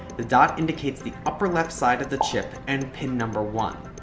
the dot indicates the upper left side of the chip and pin number one.